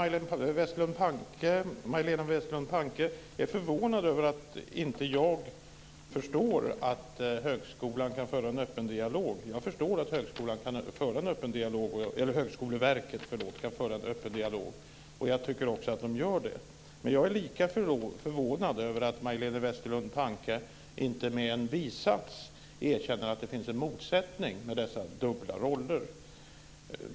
Herr talman! Majléne Westerlund Panke är förvånad över att jag inte förstår att högskolan kan föra en öppen dialog. Jag förstår att Högskoleverket kan föra en öppen dialog, och jag tycker också att det gör det. Men jag är lika förvånad över att Majléne Westerlund Panke inte ens med en bisats erkänner att det finns en motsättning mellan de dubbla rollerna.